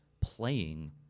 playing